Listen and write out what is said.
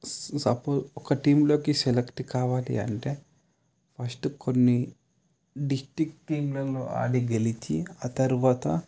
suppose ఒక టీంలోకి select కావాలి అంటే ఫస్ట్ కొన్ని డిస్టిక్ గేమ్లలో ఆడి గెలిచి ఆ తరువాత